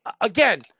again